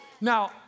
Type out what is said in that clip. Now